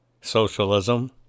socialism